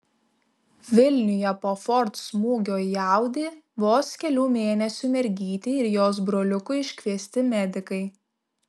vilniuje po ford smūgio į audi vos kelių mėnesių mergytei ir jos broliukui iškviesti medikai